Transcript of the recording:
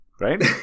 Right